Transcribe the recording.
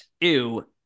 ew